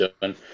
done